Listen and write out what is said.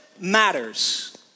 matters